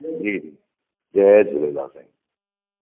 जी जी जय झूलेलाल